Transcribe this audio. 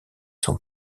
son